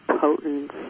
potent